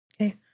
Okay